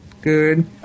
Good